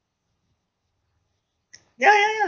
ya ya ya